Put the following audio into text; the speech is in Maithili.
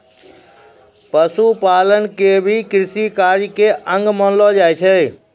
पशुपालन क भी कृषि कार्य के अंग मानलो जाय छै